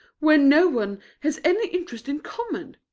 where no one has any interests in common?